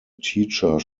teacher